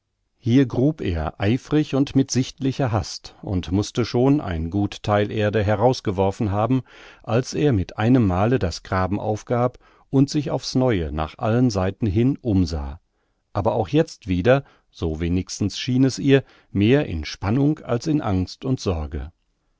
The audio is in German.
hier grub er eifrig und mit sichtlicher hast und mußte schon ein gut theil erde herausgeworfen haben als er mit einem male das graben aufgab und sich aufs neue nach allen seiten hin umsah aber auch jetzt wieder so wenigstens schien es ihr mehr in spannung als in angst und sorge